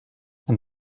and